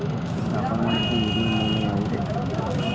ವ್ಯಾಪಾರ ಮಾಡ್ಲಿಕ್ಕೆ ನಿಧಿಯ ಮೂಲಗಳು ಯಾವ್ಯಾವು?